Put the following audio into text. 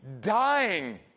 dying